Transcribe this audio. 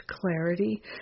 clarity